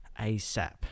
ASAP